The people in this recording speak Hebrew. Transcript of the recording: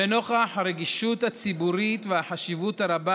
ונוכח הרגישות הציבורית והחשיבות הרבה